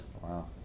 Wow